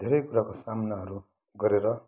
धेरै कुराको सामनाहरू गरेर